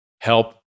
help